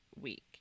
week